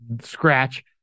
scratch